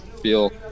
feel